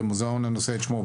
במוזיאון הנושא את שמו,